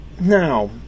now